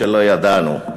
שלא ידענו,